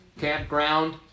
campground